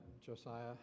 Josiah